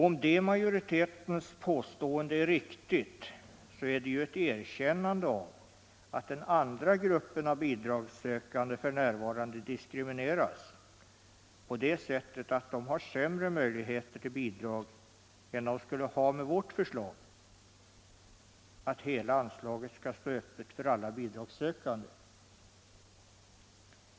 Om detta majoritetens påstående är riktigt, så är det ju ett erkännande av att den andra gruppen av bidragssökande f. n. diskrimineras på det sättet att den har sämre möjligheter till bidrag än den skulle ha med vårt förslag om att hela anslaget skall stå öppet för alla bidragssökande.